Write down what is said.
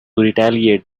retaliate